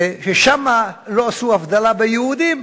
שם לא עשו הבדלה ביהודים,